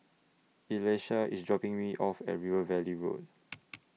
Elisha IS dropping Me off At River Valley Road